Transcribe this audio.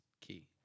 key